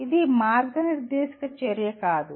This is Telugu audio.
ఇది మార్గనిర్దేశక చర్య కాదు